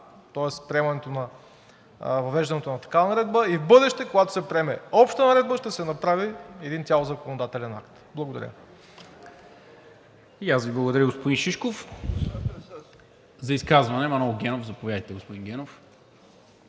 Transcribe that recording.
тоест въвеждането на такава наредба, и в бъдеще, когато се приеме обща наредба, ще се направи един цял законодателен акт. Благодаря.